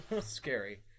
Scary